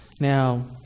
Now